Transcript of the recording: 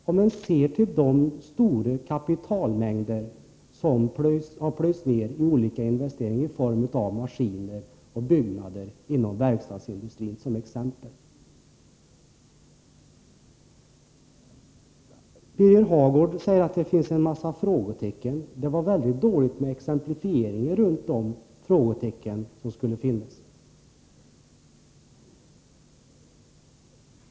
Som skäl för en sådan kan bl.a. anföras de stora kapitalmängder som har investerats i maskiner och byggnader inom verkstadsindustrin. Birger Hagård säger att det finns många frågetecken, men han var dålig på att ge exempel på sådana.